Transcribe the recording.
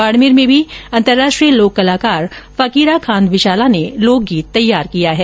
बाड़मेर में भी अंतरराष्ट्रीय लोक कलाकार फकीरा खान विशाला ने लोकगीत तैयार किया है